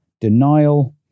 denial